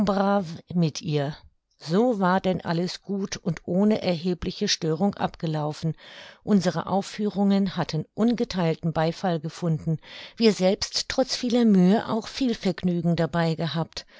mit ihr so war denn alles gut und ohne erhebliche störung abgelaufen unsere aufführungen hatten ungetheilten beifall gefunden wir selbst trotz vieler mühe auch viel vergnügen dabei gehabt